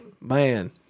man